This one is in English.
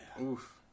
oof